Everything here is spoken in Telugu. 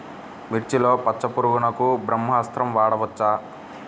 మిర్చిలో పచ్చ పురుగునకు బ్రహ్మాస్త్రం వాడవచ్చా?